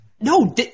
No